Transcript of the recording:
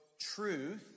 truth